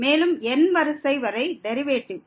மேலும் n வரிசை வரை டெரிவேட்டிவ்